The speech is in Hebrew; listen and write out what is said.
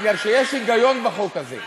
מפני שיש היגיון בחוק הזה,